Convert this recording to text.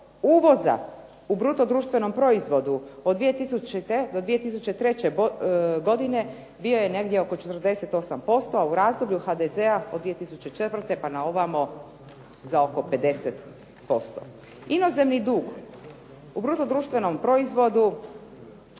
uvoza u bruto društvenom proizvodu od 2000. do 2003. godine bio je negdje oko 48%, a u razdoblju HDZ-a od 2004. pa na ovamo za oko 50% Inozemni dug u bruto društvenom proizvodu